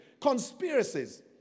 Conspiracies